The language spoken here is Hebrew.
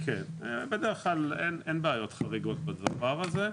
כן, בדרך כלל אין בעיות חריגות בדבר הזה,